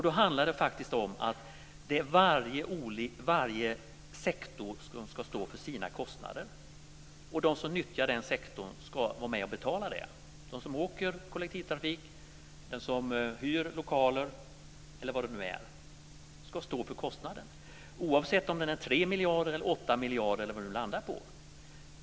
Då handlar det faktiskt om att varje sektor ska stå för sina kostnader. De som nyttjar den sektorn ska vara med och betala. De som åker kollektivtrafik, som hyr lokaler eller vad det nu är ska stå för kostnaden, oavsett om den är 3 miljarder, 8 miljarder eller vad den nu landar på.